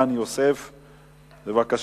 אני קובע